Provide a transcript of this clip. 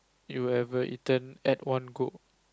you ever eaten at one go